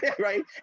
Right